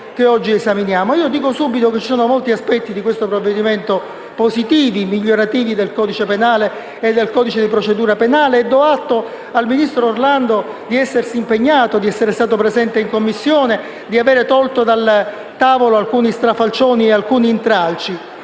che esaminiamo oggi. Dico subito che vi sono molti aspetti di questo provvedimento positivi e migliorativi del codice penale e del codice di procedura penale e do atto al ministro Orlando di essersi impegnato, di esser stato presente in Commissione, di aver tolto dal tavolo alcuni strafalcioni e intralci,